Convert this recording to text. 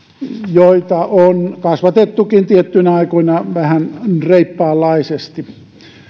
joita on kasvatettukin tiettyinä aikoina vähän reippaanlaisesti